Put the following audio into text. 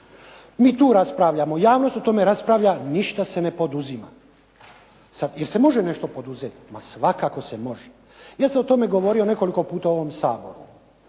Mi tu raspravljamo, javnost o tome raspravlja, ništa se ne poduzima. Jel se može nešto poduzeti? Ma svakako se može. Ja sam o tome govorio nekoliko puta u ovom Saboru.